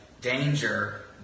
danger